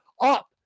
up